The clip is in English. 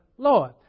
Lord